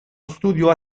studio